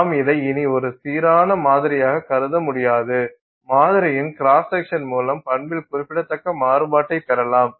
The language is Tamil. நாம் இதை இனி ஒரு சீரான மாதிரியாக கருத முடியாது மாதிரியின் கிராஸ் செக்ஷன் மூலம் பண்பில் குறிப்பிடத்தக்க மாறுபாட்டை பெறலாம்